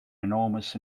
enormous